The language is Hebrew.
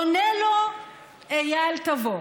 עונה לו אייל רביד: